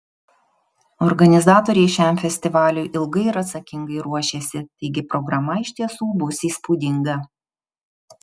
organizatoriai šiam festivaliui ilgai ir atsakingai ruošėsi taigi programa iš tiesų bus įspūdinga